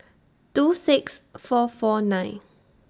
two six four four nine